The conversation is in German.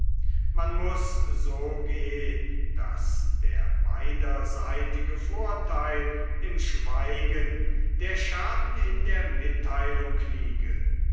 man muß so gehn daß der beiderseitige vortheil im schweigen der schaden in der mittheilung liege